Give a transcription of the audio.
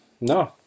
No